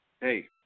hey